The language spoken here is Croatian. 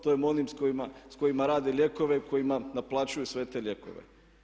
To je s onim kojima rade lijekove, kojima naplaćuju sve te lijekove.